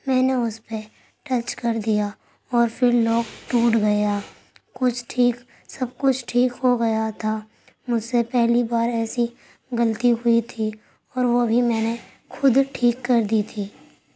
میں نے اس پہ ٹچ کر دیا اور پھر لوک ٹوٹ گیا کچھ ٹھیک سب کچھ ٹھیک ہو گیا تھا مجھ سے پہلی بار ایسی غلطی ہوئی تھی اور وہ بھی میں نے خود ٹھیک کر دی تھی